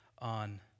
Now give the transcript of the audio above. on